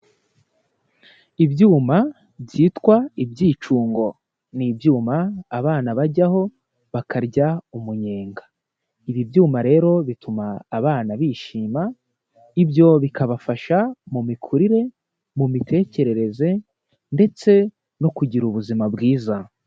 Ibyuma byitwa ibyicungo, ni ibyuma abana bajyaho bakarya umunyenga. Ibi byuma rero bituma abana bishima, ibyo bikabafasha mu mikurire, mu mitekerereze ndetse no kugira ubuzima bwiza.